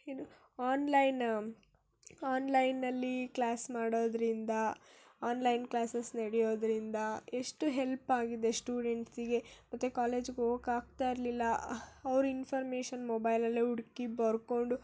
ಏನು ಆನ್ಲೈನ ಆನ್ಲೈನ್ನಲ್ಲಿ ಕ್ಲಾಸ್ ಮಾಡೋದರಿಂದ ಆನ್ಲೈನ್ ಕ್ಲಾಸಸ್ ನಡೆಯೋದರಿಂದ ಎಷ್ಟು ಹೆಲ್ಪ್ ಆಗಿದೆ ಶ್ಟೂಡೆಂಟ್ಸಿಗೆ ಮತ್ತು ಕಾಲೇಜಿಗೆ ಹೋಗಕಾಗ್ತಾ ಇರಲಿಲ್ಲ ಅವ್ರು ಇನ್ಫಾರ್ಮೇಶನ್ ಮೊಬೈಲಲ್ಲೇ ಹುಡುಕಿ ಬರ್ಕೊಂಡು